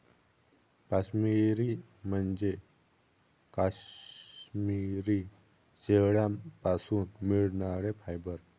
काश्मिरी म्हणजे काश्मिरी शेळ्यांपासून मिळणारे फायबर